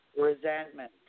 resentment